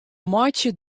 meitsje